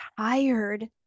tired